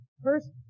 First